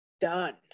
done